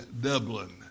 Dublin